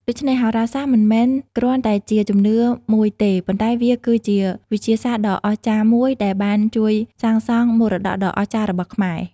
ដូច្នេះ ហោរាសាស្ត្រមិនមែនគ្រាន់តែជាជំនឿមួយទេ ប៉ុន្តែវាគឺជាវិទ្យាសាស្ត្រដ៏អស្ចារ្យមួយដែលបានជួយសាងសង់មរតកដ៏អស្ចារ្យរបស់ខ្មែរ។